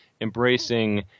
embracing